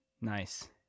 Nice